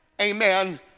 amen